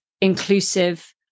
inclusive